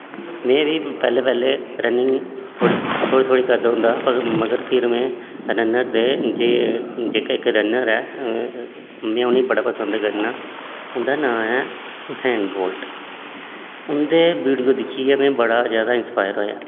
में बी पैह्लेंं पैह्लें रनिंग थोह्ड़ी थोह्ड़ी थोह्ड़ी करदा होंदा हा मगर फिर में रनर दे जे जेह्के इक रनर ऐ में उ'नेंगी बड़ा पसंद करना उ'न्दा नांऽ ऐ हुसैन बोल्ट उं'दे वीडियो दिक्खियै में बड़ा ज्यादा इंसपाइयर होएआ